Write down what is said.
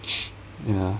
ya